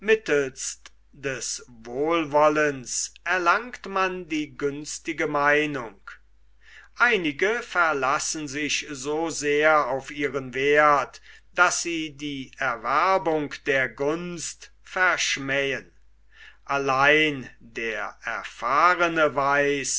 des wohlwollens erlangt man die günstige meinung einige verlassen sich so sehr auf ihren werth daß sie die erwerbung der gunst verschmähen allein der erfahrene weiß